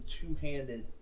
two-handed